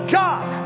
god